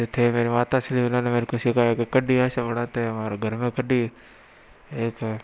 जो थे मेरी माता श्री उन्होंने मेरे को सिखाया कि कड्डी कैसे बनाते हैं हमारे घर मे कड्डी एक